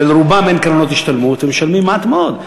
ולרובם אין קרנות השתלמות ומשלמים מעט מאוד.